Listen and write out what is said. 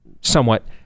somewhat